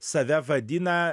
save vadina